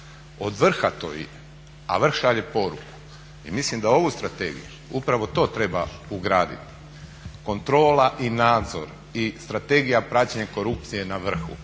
od vrha to ide, a vrh šalje poruku. I mislim da ovu strategiju upravo to treba ugraditi. Kontrola i nadzor i Strategija praćenja korupcije je na vrhu,